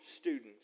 students